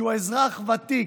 שהוא אזרח ותיק,